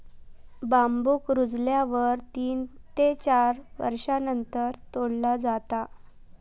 बांबुक रुजल्यावर तीन ते चार वर्षांनंतर तोडला जाता